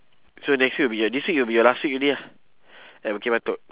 so next week will be your this week will be your last week already ah at bukit batok